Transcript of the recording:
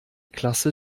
klasse